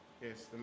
Yes